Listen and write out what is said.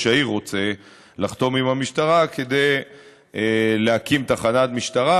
העיר רוצה לחתום עם המשטרה כדי להקים תחנת משטרה.